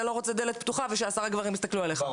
אתה לא רוצה דלת פתוחה ושעשרה גברים יסתכלו עליך,